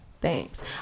thanks